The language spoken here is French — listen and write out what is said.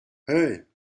hey